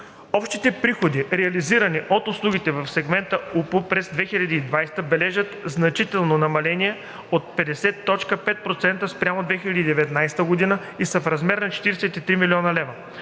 Общите приходи, реализирани от услугите в сегмента УПУ през 2020 г., бележат значително намаление от 50,5% спрямо 2019 г. и са в размер на 43 млн. лв.